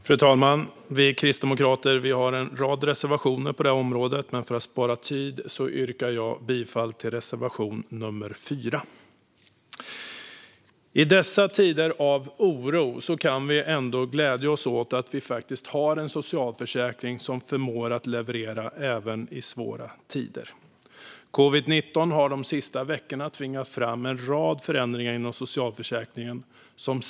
Fru talman! Vi kristdemokrater har en rad reservationer på området, men för att spara tid yrkar jag bifall enbart till reservation nr 4. I dessa tider av oro kan vi ändå glädja oss åt att vi faktiskt har en socialförsäkring som förmår att leverera även i svåra tider. Covid-19 har de senaste veckorna tvingat fram en rad förändringar inom socialförsäkringen.